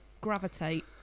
gravitate